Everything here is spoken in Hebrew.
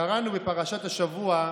קראנו בפרשת השבוע,